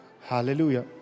Hallelujah